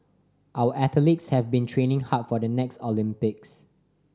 our athletes have been training hard for the next Olympics